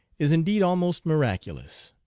is indeed almost miraculous.